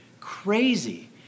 crazy